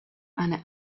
eine